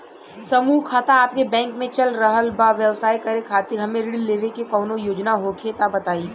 समूह खाता आपके बैंक मे चल रहल बा ब्यवसाय करे खातिर हमे ऋण लेवे के कौनो योजना होखे त बताई?